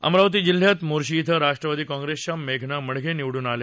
अमरावती जिल्ह्यात मोर्शी इथं राष्ट्रवादी काँग्रेसच्या मेघना मडघे निवडून आल्या